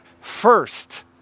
first